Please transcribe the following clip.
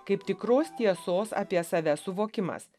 kaip tikros tiesos apie save suvokimas